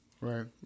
Right